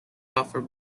offer